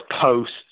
posts